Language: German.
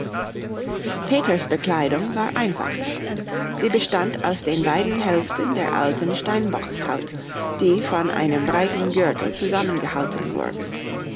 peters bekleidung war einfacher sie bestand aus den beiden hälften der alten steinbockshaut die von einem breiten gürtel zusammengehalten wurden